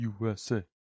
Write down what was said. USA